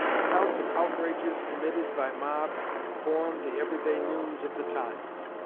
accounts of outrages committed by mobs form the every-day news of the times.